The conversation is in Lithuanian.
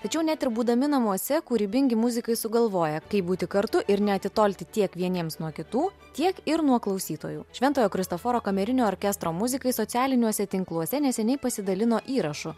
tačiau net ir būdami namuose kūrybingi muzikai sugalvoja kaip būti kartu ir neatitolti tiek vieniems nuo kitų tiek ir nuo klausytojų šventojo kristoforo kamerinio orkestro muzikai socialiniuose tinkluose neseniai pasidalino įrašu